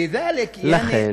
לכן,